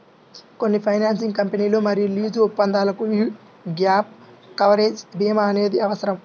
కొన్ని ఫైనాన్సింగ్ కంపెనీలు మరియు లీజు ఒప్పందాలకు యీ గ్యాప్ కవరేజ్ భీమా అనేది అవసరం